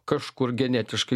kažkur genetiškai